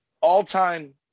all-time